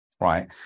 right